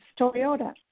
Toyota